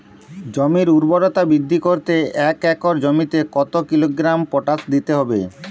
জমির ঊর্বরতা বৃদ্ধি করতে এক একর জমিতে কত কিলোগ্রাম পটাশ দিতে হবে?